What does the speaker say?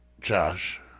Josh